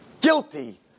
guilty